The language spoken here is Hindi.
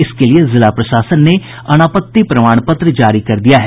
इसके लिए जिला प्रशासन ने अनापत्ति प्रमाण पत्र जारी कर दिया है